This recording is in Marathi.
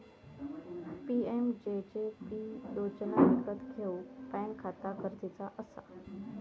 पी.एम.जे.जे.बि योजना विकत घेऊक बॅन्क खाता गरजेचा असा